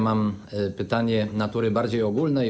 Mam pytanie natury bardziej ogólnej.